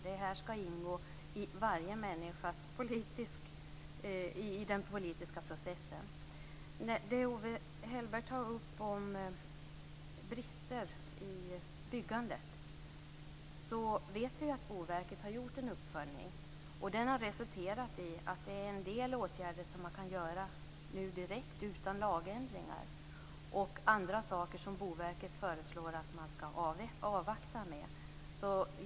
Det här skall ingå i den politiska processen. När det gäller det som Owe Hellberg tar upp om brister i byggandet vet vi att Boverket har gjort en uppföljning, som har resulterat i att en del åtgärder kan vidtas direkt utan lagändringar och att man skall avvakta med andra saker, enligt Boverkets förslag.